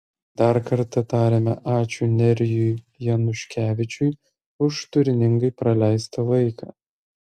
dar kartą tariame ačiū nerijui januškevičiui už turiningai praleistą laiką